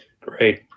Great